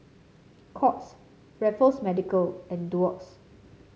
Courts Raffles Medical and Doux